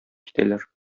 китәләр